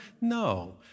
No